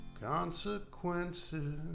Consequences